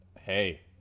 hey